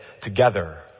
together